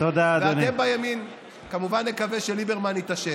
ואתם בימין, כמובן, נקווה שליברמן יתעשת.